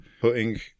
putting